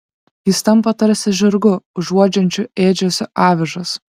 jis tampa tarsi žirgu užuodžiančiu ėdžiose avižas